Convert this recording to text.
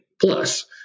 plus